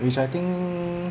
which I think